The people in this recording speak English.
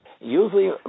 Usually